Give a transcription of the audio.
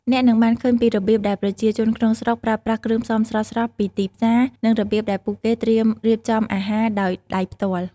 អ្នកនឹងបានឃើញពីរបៀបដែលប្រជាជនក្នុងស្រុកប្រើប្រាស់គ្រឿងផ្សំស្រស់ៗពីទីផ្សារ និងរបៀបដែលពួកគេត្រៀមរៀបចំអាហារដោយដៃផ្ទាល់។